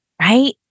right